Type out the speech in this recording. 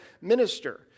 minister